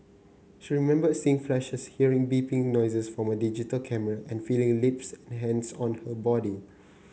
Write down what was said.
she remembered seeing flashes hearing beeping noises from a digital camera and feeling lips and hands on her body